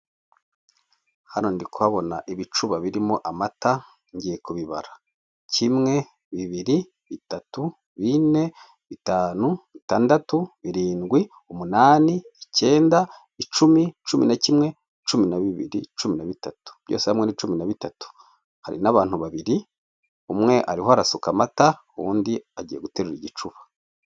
Hano ndi kuhabona ibicuba birimo amata. Ngiye kubibara: kimwe, bibiri, bitatu, bine, bitanu, bitandatu, birindwi, umunani, icyenda, icumi, cumi na kimwe, cumi na bibiri, cumi na bitatu. Byose hamwe ni cumi na bitatu. Hari n'abantu babiri, umwe arimo arasuka amata, undi agiye guterura igicuba.